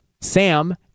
Sam